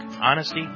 honesty